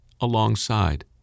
alongside